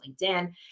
LinkedIn